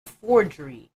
forgery